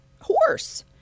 horse